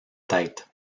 tête